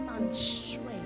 Demonstrate